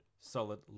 solid